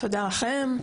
תודה לכם,